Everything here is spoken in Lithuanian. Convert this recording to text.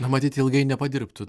na matyt ilgai nepadirbtų